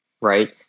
right